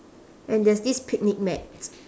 and there's this picnic mat